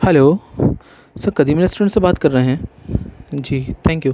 hello sir Qadeem restaurant سے بات کر رہے ہیں جی تھینک یو